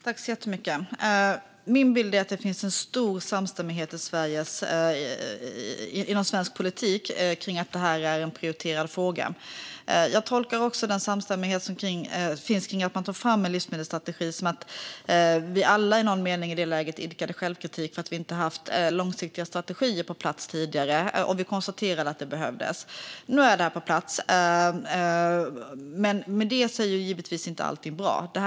Fru talman! Min bild är att det finns en stor samstämmighet inom svensk politik om att det är en prioriterad fråga. Jag tolkar också samstämmigheten om att ta fram en livsmedelsstrategi som att vi alla i det läget idkade självkritik i någon mening för att vi inte tidigare hade haft långsiktiga strategier på plats. Vi konstaterade att det behövdes. Nu är det på plats. Men allt är givetvis inte bra i och med det.